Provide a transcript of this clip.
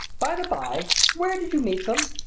by the by, where did you meet them?